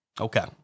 Okay